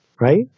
right